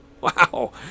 wow